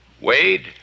Wade